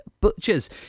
Butchers